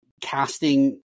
casting